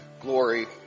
glory